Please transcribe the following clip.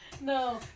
No